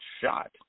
shot